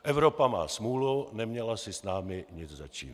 Evropa má smůlu, neměla si s námi nic začínat.